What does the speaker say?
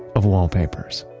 of wallpapers.